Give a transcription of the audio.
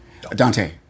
Dante